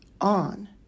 on